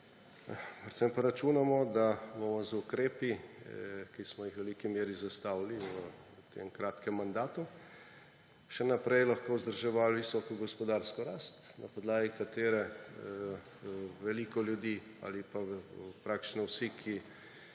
Predvsem pa računamo, da bomo z ukrepi, ki smo jih v veliki meri zastavili v tem kratkem mandatu, še naprej lahko vzdrževali visoko gospodarsko rast, na podlagi katere veliko ljudi ali pa praktično vsi, ki